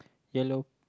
yellow